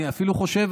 אני אפילו חושב,